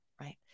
right